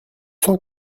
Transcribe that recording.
cent